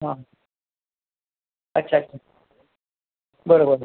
हां अच्छा अच्छा बरं बरं